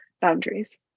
boundaries